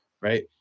Right